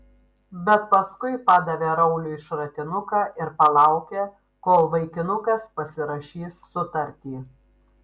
bet paskui padavė rauliui šratinuką ir palaukė kol vaikinukas pasirašys sutartį